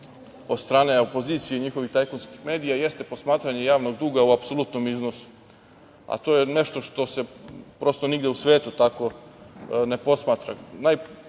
od strane opozicije i njihovih tajkunskih medija jeste posmatranje javnog duga o apsolutnom iznosu, a to je nešto što se prosto nigde u svetu tako ne